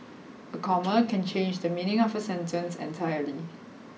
a comma can change the meaning of a sentence entirely